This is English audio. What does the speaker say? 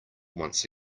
once